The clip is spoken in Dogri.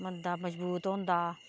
बंदा मजबूत होंदा